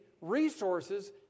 resources